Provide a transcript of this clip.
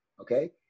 okay